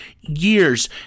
years